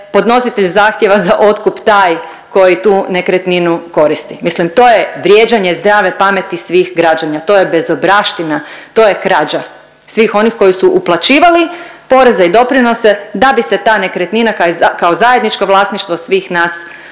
podnositelj zahtjeva za otkup taj koji tu nekretninu koristi. Mislim to je vrijeđanje zdrave pameti svih građana. To je bezobraština! To je krađa svih onih koji su uplaćivali poreze i doprinose da bi se ta nekretnina kao zajedničko vlasništvo svih nas